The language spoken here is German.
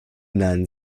nein